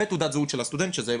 ותעודת הזהות של הסטודנט שזה,